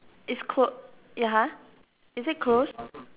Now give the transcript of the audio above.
it's closed ya !huh! is it closed